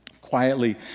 quietly